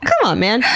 c'mon man!